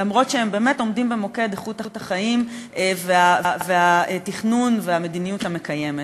אף שהם באמת עומדים במוקד איכות החיים והתכנון והמדיניות המקיימת.